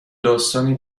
داستانی